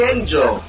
Angel